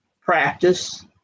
practice